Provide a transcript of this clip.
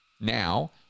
Now